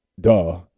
duh